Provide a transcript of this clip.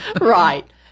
Right